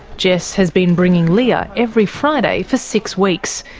jess has been bringing leah every friday for six weeks,